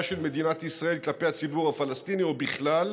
של מדינת ישראל כלפי הציבור הפלסטיני או בכלל.